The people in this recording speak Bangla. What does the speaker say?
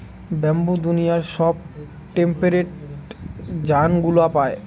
ব্যাম্বু দুনিয়ার সব টেম্পেরেট জোনগুলা পায়